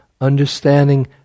Understanding